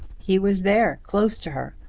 he was there, close to her,